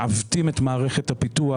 מעוותים את מערכת הפיתוח,